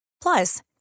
Plus